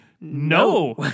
no